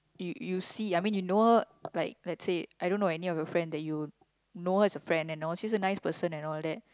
you you see I mean you know her like let's say I don't know any of your friend that you know her as a friend and all she's a nice person and all that